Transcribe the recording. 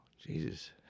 jesus